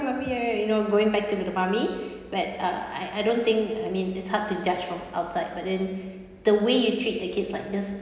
mummy right you know going back to the mummy but uh I I don't think I mean it's hard to judge from outside but then the way you treat the kids like just